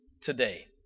today